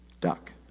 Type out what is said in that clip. duck